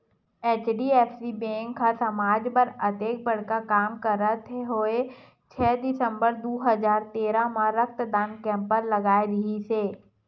HDFC bank ह समाज बर अतेक बड़का काम करत होय छै दिसंबर दू हजार तेरा म रक्तदान कैम्प लगाय रिहिस हे